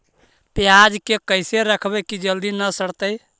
पयाज के कैसे रखबै कि जल्दी न सड़तै?